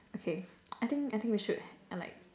okay I think I think we should uh like